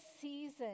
season